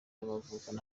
y’amavuko